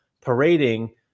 parading